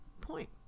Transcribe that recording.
point